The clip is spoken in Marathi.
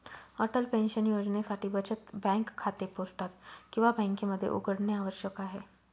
अटल पेन्शन योजनेसाठी बचत बँक खाते पोस्टात किंवा बँकेमध्ये उघडणे आवश्यक आहे